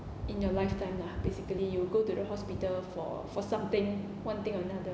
in a lifetime lah basically you will go to the hospital for for something one thing or another